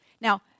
Now